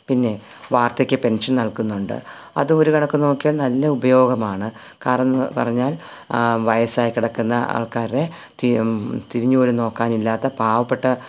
പിന്നെ വാർദ്ധക്യ പെൻഷൻ നൽകുന്നുണ്ട് അതൊരു കണക്ക് നോക്കിയാൽ നല്ല ഉപയോഗമാണ് കാരണം എന്നു പറഞ്ഞാൽ വയസ്സായി കിടക്കുന്ന ആൾക്കാരെ തിരിഞ്ഞു പോലും നോക്കാനില്ലാത്ത പാവപ്പെട്ട